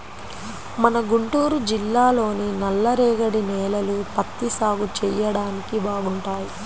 మన గుంటూరు జిల్లాలోని నల్లరేగడి నేలలు పత్తి సాగు చెయ్యడానికి బాగుంటాయి